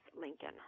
Lincoln